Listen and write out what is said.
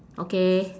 okay